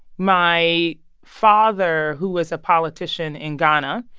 my father, who was a politician in ghana,